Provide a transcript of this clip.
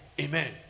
Amen